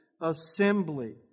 assembly